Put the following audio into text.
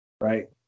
Right